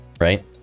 right